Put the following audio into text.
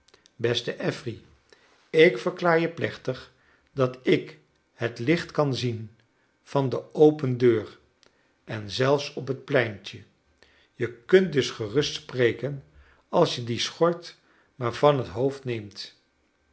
beste affery ik verklaar je plechtig dat ik het licht kan zien van de open deur en zeifs op het pleintje ie kunt dus gerust spreken als je die schort maar van het hoofd neemt